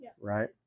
right